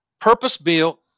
purpose-built